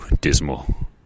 dismal